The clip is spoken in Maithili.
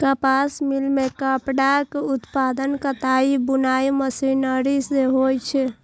कपास मिल मे कपड़ाक उत्पादन कताइ बुनाइ मशीनरी सं होइ छै